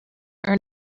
earn